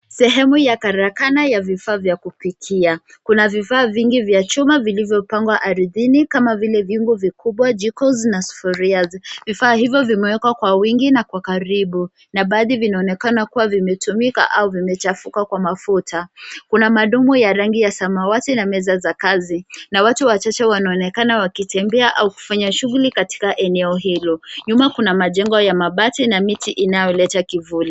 Sehemu ya karakana ya vifaa vya kupikia. Kuna vifaa vya vingi vya chuma vilivyo pangwa ardhini kama vile viuongo vikubwa jiko na sufuria. Vifaa hivo vimewekwa kwa wingi na kwa karibu na baadhi vinaonekana kuwa vimetumika au vimechafuka kwa mafuta. Kuna madumu ya rangi ya samawati na meza za kazi na watu wachache wanonekana wakitembea au kufanya shughuli katika eneo hilo. Nyuma kuna majengo ya mabati na miti inayoleta kivuli.